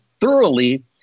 thoroughly –